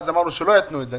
אמרנו אז שלא יתנו את זה,